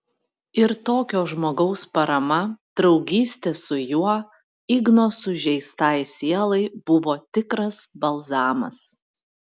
ir tokio žmogaus parama draugystė su juo igno sužeistai sielai buvo tikras balzamas